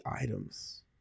items